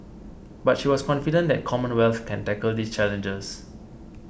but she was confident that Commonwealth can tackle these challenges